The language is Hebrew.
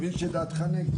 אני מבין שדעתך נגד.